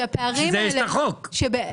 בשביל זה יש חוק.